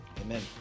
Amen